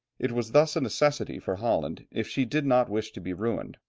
it was thus a necessity for holland if she did not wish to be ruined,